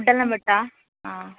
food എല്ലാം പെട്ടോ ആ